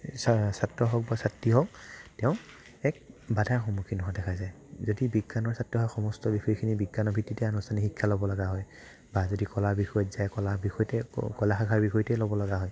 ছাত্ৰ হওক বা ছাত্ৰী হওক তেওঁ এক বাধাৰ সন্মুখীন হোৱা দেখা যায় যদি বিজ্ঞানৰ ছাত্ৰ হয় সমস্ত বিষয়খিনি বিজ্ঞানৰ ভিত্তিতে আনুষ্ঠানিক শিক্ষা ল'ব লগা হয় বা যদি কলা বিষয়ত যায় কলা বিষয়তে কলা শাখাৰ বিষয়তেই ল'ব লগা হয়